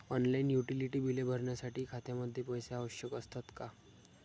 Online utility बिले भरण्यासाठी खात्यामध्ये पैसे आवश्यक असतात का?